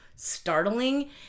startling